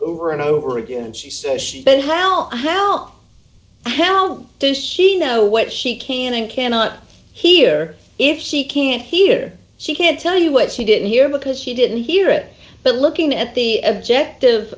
over and over again and she says she then how how how does she know what she can and cannot hear if she can't hear she can't tell you what she didn't hear because she didn't hear it but looking at the objective